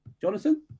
Jonathan